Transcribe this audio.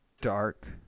dark